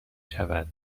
شود